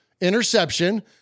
interception